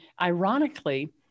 ironically